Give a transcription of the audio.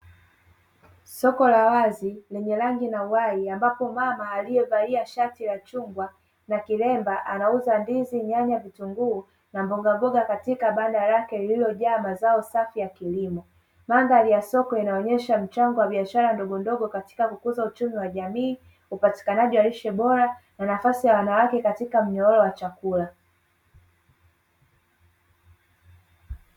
Soko la wazi lenye rangi na uhai ambapo mama aliyevalia shati la chungwa na kilemba anauza ndizi, nyanya, vitunguu na mbogamboga katika banda lake lilojaa mazao safi ya kilimo. Mandhari ya soko inaonyesha mchango wa biashara ndogondogo katika kukuza uchumi wa jamii upatikanaji wa lishe bora na nafasi ya wanawake katika mnyororo wa chakula.